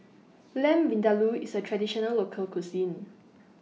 Lamb Vindaloo IS A Traditional Local Cuisine